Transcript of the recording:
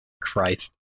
Christ